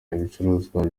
ibicuruzwa